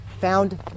found